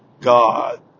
God